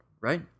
right